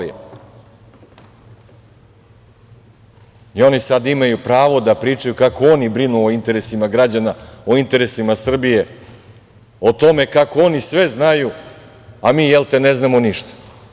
I oni sad imaju pravo da pričaju kako oni brinu o interesima građana, o interesima Srbije o tome kako oni sve znaju, a mi jel te ne znamo ništa.